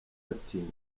atini